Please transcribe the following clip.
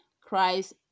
Christ